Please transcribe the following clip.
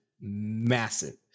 massive